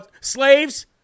slaves